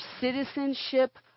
citizenship